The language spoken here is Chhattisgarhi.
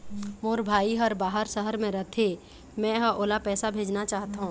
मोर भाई हर बाहर शहर में रथे, मै ह ओला पैसा भेजना चाहथों